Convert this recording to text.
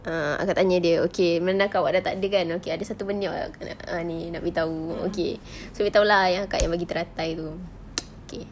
err akak tanya okay okay memandangkan awak sudah tak ada kan okay ada satu benda yang ini nak bagi tahu okay so bagi tahu lah yang akak yang bagi teratai itu okay